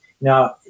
Now